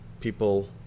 people